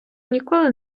ніколи